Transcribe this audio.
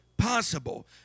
Possible